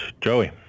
Joey